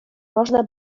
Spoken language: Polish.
można